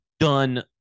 done